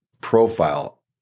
profile